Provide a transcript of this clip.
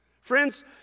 Friends